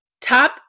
Top